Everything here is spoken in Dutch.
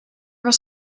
was